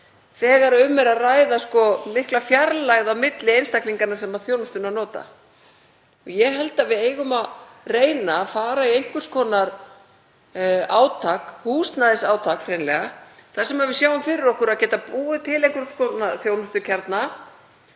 þegar um er að ræða svo mikla fjarlægð á milli einstaklinganna sem þjónustunnar njóta. Ég held að við eigum að reyna að fara í einhvers konar húsnæðisátak hreinlega, þar sem við sjáum fyrir okkur að geta búið til einhverja þjónustukjarna